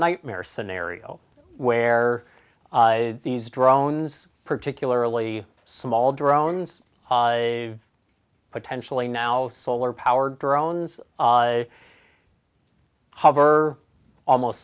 nightmare scenario where these drones particularly small drones potentially now solar powered drones hover almost